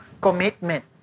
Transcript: commitment